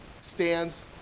stands